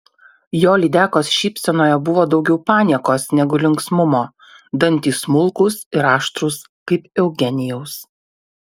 jo lydekos šypsenoje buvo daugiau paniekos negu linksmumo dantys smulkūs ir aštrūs kaip eugenijaus